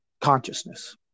consciousness